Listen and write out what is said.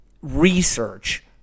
research